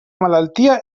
malaltia